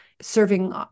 serving